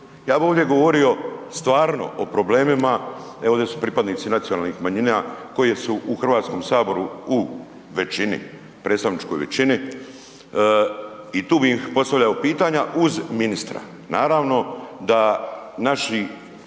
Ja bi ovdje govorio stvarno o problemima, evo ovdje su pripadnici nacionalnih manjina koji su u Hrvatskom saboru u većini, predstavničkoj većini i tu mi postavljamo pitanja uz ministra.